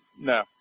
no